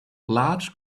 large